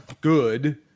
good